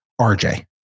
RJ